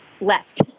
left